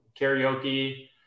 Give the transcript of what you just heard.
karaoke